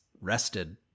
rested